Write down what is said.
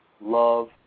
love